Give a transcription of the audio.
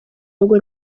ahubwo